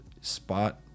spot